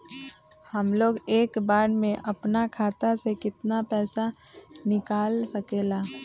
हमलोग एक बार में अपना खाता से केतना पैसा निकाल सकेला?